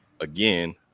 again